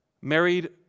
Married